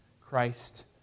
Christ